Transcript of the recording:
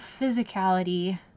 physicality